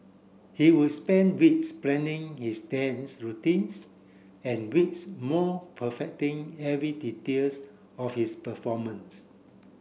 he would spend weeks planning his dance routines and weeks more perfecting every details of his performance